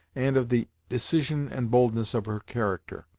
and of the decision and boldness of her character.